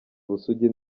ubusugi